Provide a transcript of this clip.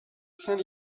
saint